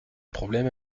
problème